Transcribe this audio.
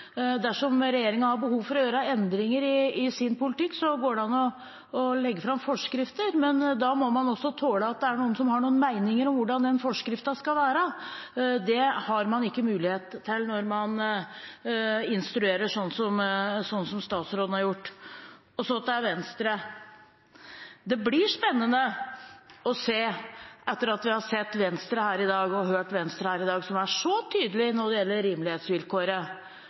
Dersom regjeringen har behov for å gjøre endringer i sin politikk, går det an å legge fram forskrifter. Men da må man også tåle at det er noen som har noen meninger om hvordan den forskriften skal være. Det har man ikke mulighet til når man instruerer, sånn som statsråden har gjort. Så til Venstre: Det blir spennende å se – etter at vi i dag har sett og hørt Venstre, som er så tydelig når det gjelder rimelighetsvilkåret